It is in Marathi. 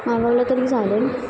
मागवलं तरी झालं